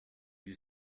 you